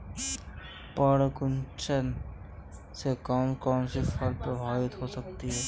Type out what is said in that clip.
पर्ण कुंचन से कौन कौन सी फसल प्रभावित हो सकती है?